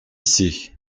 sait